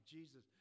Jesus